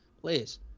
please